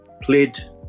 played